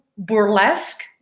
Burlesque